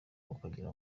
ukagira